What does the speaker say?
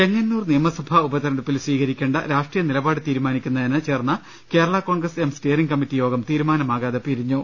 ചെങ്ങന്നൂർ നിയമസഭാ ഉപതെരഞ്ഞെടുപ്പിൽ സ്വീകരിക്കേണ്ട രാഷ്ട്രീയ നിലപാട് തീരുമാനിക്കുന്നതിന് ചേർന്ന Kerala Congress M steering committee യോഗം തീരുമാനമാകാതെ പിരിഞ്ഞു